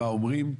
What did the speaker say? מה אומרים.